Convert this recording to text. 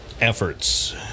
efforts